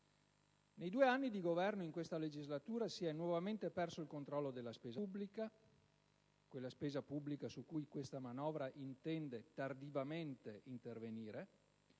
Nei due anni di governo in questa legislatura si è nuovamente perso il controllo della spesa pubblica (quella spesa pubblica su cui questa manovra intende tardivamente intervenire)